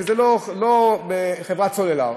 וזו לא חברת סלולר,